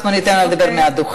אנחנו ניתן לה לדבר מהדוכן.